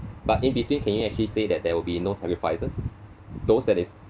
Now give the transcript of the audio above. but in between can you actually say that there will be no sacrifices those that is